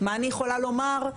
מה אני יכולה לומר,